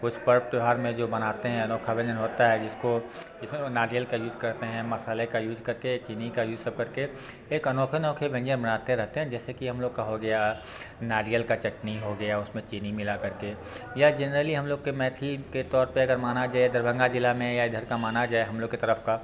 कुछ पर्व त्यौहार में जो बनाते हैं अनोखा व्यंजन होता है जिसको जिसमें नारियल का यूज़ करते हैं मसाले का यूज़ कर के चीनी का यूज़ सब कर के एक अनोखे अनोखे व्यंजन बनाते रहते हैं जैसे कि हम लोग का हो गया नारियल का चटनी हो गया उसमें चीनी मिला करके या जेनरली हम लोग के मैथिली के तौर पे अगर माना जाए दरभंगा जिला में या इधर का माना जाए हम लोग के तरफ का